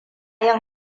yin